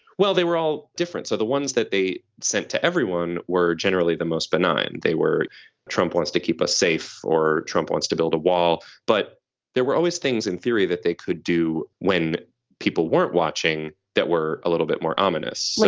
well, they were all different. so the ones that they sent to everyone were generally the most benign. they were trump wants to keep us safe or trump wants to build a wall. but there were always things in theory that they could do when people weren't watching that were a little bit more ominous. like